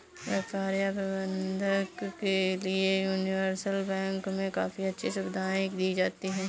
व्यापार या प्रबन्धन के लिये यूनिवर्सल बैंक मे काफी अच्छी सुविधायें दी जाती हैं